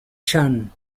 chan